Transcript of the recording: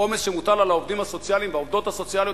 העומס שמוטל על העובדים הסוציאליים והעובדות הסוציאליות,